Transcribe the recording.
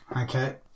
Okay